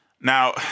now